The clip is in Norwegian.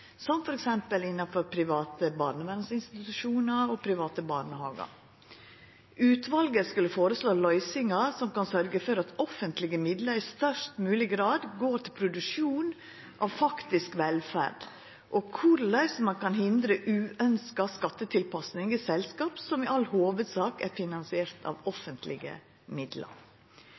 som f.eks. innanfor private barnevernsinstitusjonar og private barnehagar. Utvalet skulle føreslå løysingar som kan sørgja for at offentlege midlar i størst mogleg grad går til produksjon av faktisk velferd, og korleis ein kan hindra uønskt skattetilpassing i selskap som i all hovudsak er finansierte av offentlege midlar.